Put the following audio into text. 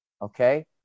Okay